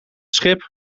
schip